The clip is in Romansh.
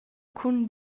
cun